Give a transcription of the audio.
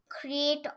Create